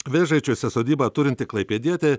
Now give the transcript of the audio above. vėžaičiuose sodybą turinti klaipėdietė